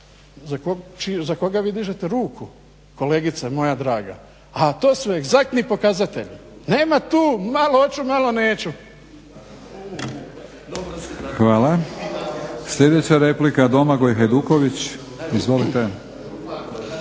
za koga vi dižete ruku, kolegice moja draga. A to su egzaktni pokazatelji, nema tu malo, hoću malo neću. **Batinić, Milorad (HNS)** Hvala. Sljedeća replika Domagoj Hajduković. Izvolite.